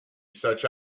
such